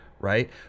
right